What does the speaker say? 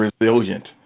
resilient